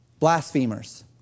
Blasphemers